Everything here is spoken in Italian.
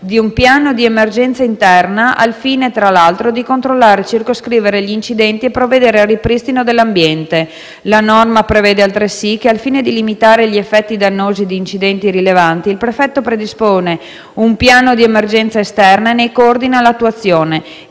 di un piano di emergenza interna al fine, tra l'altro, di controllare e circoscrivere gli incidenti e provvedere al ripristino dell'ambiente; la norma prevede altresì che, al fine di limitare gli effetti dannosi di incidenti rilevanti, il prefetto predispone un piano di emergenza esterna e ne coordina l'attuazione.